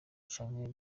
canke